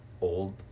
old